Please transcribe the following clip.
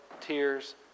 tears